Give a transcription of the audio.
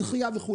דחייה וכו',